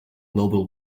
global